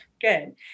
Good